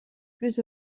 plus